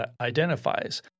identifies